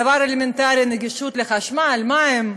דבר אלמנטרי, גישה לחשמל, מים,